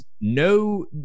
no